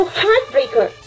heartbreaker